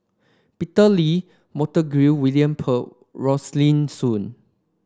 Peter Lee Montague William Pett Rosaline Soon